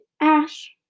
Ash